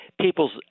people's